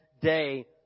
day